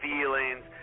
feelings